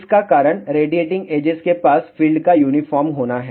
इसका कारण radiating edges के पास फील्ड का यूनिफार्म होना है